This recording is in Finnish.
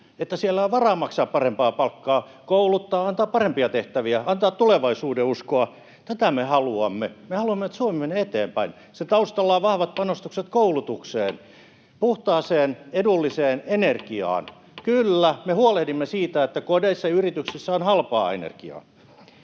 että siellä on varaa maksaa parempaa palkkaa, kouluttaa, antaa parempia tehtäviä, antaa tulevaisuudenuskoa. Tätä me haluamme. Me haluamme, että Suomi menee eteenpäin. Sen taustalla on vahvat panostukset koulutukseen ja puhtaaseen, edulliseen energiaan. Kyllä, me huolehdimme siitä, että kodeissa ja yrityksissä